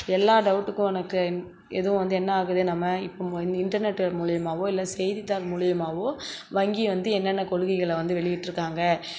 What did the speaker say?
எல்லா டவுட்டுக்கும் உனக்கு எதுவும் வந்து என்ன ஆகுது நம்ம இப்போ இந்த இன்டர்நெட் மூலிமாவோ இல்லை செய்தித்தாள் மூலிமாவோ வங்கி வந்து என்னென்ன கொள்கைகளை வந்து வெளியிட்டிருக்காங்க